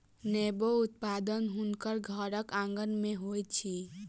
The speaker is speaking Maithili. नेबो उत्पादन हुनकर घरक आँगन में होइत अछि